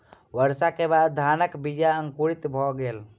वर्षा के बाद धानक बीया अंकुरित भअ गेल